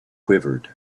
quivered